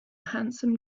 handsome